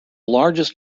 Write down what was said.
largest